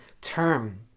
term